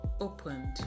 opened